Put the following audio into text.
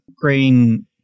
green